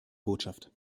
botschaft